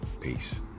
peace